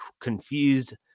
confused